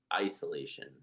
isolation